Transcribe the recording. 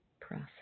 process